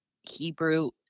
Hebrew